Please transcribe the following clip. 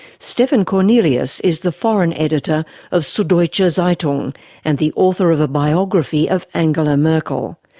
stefan kornelius is the foreign editor of suddeutsche ah zeitung and the author of a biography of angela merkel.